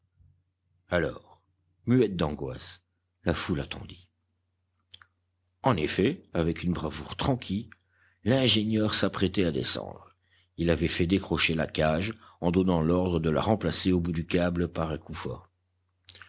alors muette d'angoisse la foule attendit en effet avec une bravoure tranquille l'ingénieur s'apprêtait à descendre il avait fait décrocher la cage en donnant l'ordre de la remplacer au bout du câble par un